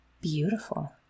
beautiful